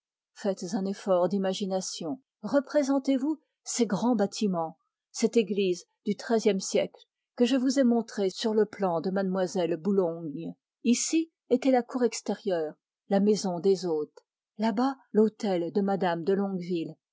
faites un effort d'imagination représentezvous ces grands bâtiments cette église du xiiie siècle que je vous ai montrés sur le plan de mlle boulogne ici était la cour extérieure la maison des hôtes là-bas l'hôtel de mme de longueville